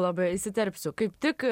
labai įsiterpsiu kaip tik